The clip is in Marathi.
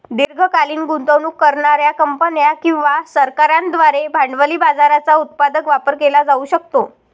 दीर्घकालीन गुंतवणूक करणार्या कंपन्या किंवा सरकारांद्वारे भांडवली बाजाराचा उत्पादक वापर केला जाऊ शकतो